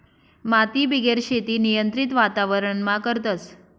मातीबिगेर शेती नियंत्रित वातावरणमा करतस